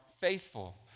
faithful